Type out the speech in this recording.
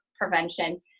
prevention